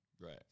Right